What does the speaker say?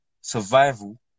survival